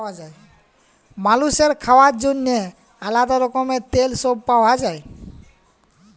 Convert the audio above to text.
মালুসের খাওয়ার জন্যেহে আলাদা রকমের তেল সব পাওয়া যায়